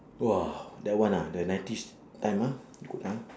!wah! that one ah the nineties time ah good ah